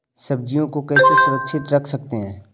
सब्जियों को कैसे सुरक्षित रख सकते हैं?